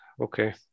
okay